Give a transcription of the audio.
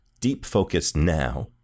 deepfocusnow